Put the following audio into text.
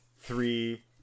three